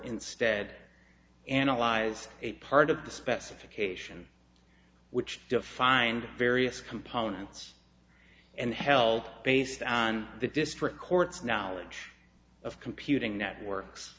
instead analyzed a part of the specification which defined various components and held based on the district court's knowledge of computing networks